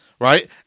Right